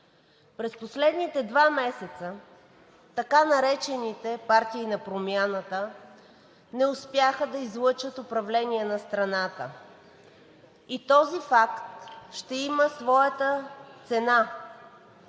През последните два месеца така наречените партии на промяната не успяха да излъчат управление на страната и този факт ще има своята цена,